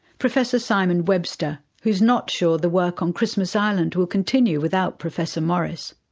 professor simon webster, who's not sure the work on christmas island will continue without professor morris.